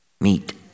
meet